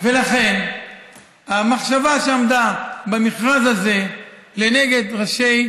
לכן המחשבה שעמדה במכרז הזה לנגד עיני ראשי